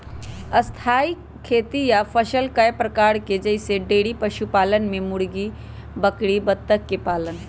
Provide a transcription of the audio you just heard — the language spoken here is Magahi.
स्थाई खेती या फसल कय प्रकार के हई जईसे डेइरी पशुपालन में बकरी मुर्गी बत्तख के पालन